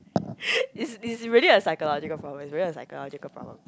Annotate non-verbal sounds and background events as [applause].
[breath] it's it's really a psychological problem it's really a psychological problem